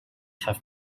have